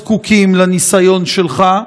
אבל כנראה שלא זקוקים לניסיון שלך,